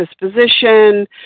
disposition